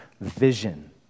vision